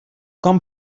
com